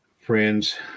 friends